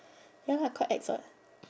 ya lah quite ex what